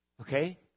Okay